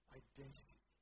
identity